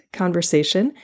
conversation